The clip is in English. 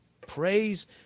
Praise